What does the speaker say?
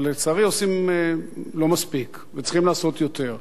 אבל לצערי לא עושים מספיק וצריכים לעשות יותר.